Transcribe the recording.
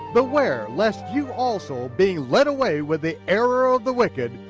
beware lest you also being led away with the error of the wicked,